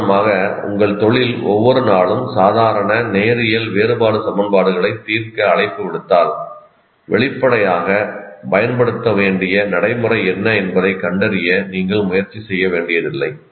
உதாரணமாக உங்கள் தொழில் ஒவ்வொரு நாளும் சாதாரண நேரியல் வேறுபாடு சமன்பாடுகளைத் தீர்க்க அழைப்பு விடுத்தால் வெளிப்படையாக பயன்படுத்த வேண்டிய நடைமுறை என்ன என்பதைக் கண்டறிய நீங்கள் முயற்சி செய்ய வேண்டியதில்லை